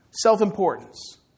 Self-importance